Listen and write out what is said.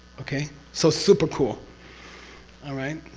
okay? so, super cool aright?